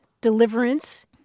deliverance